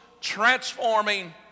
transforming